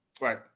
Right